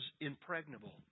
impregnable